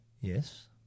Yes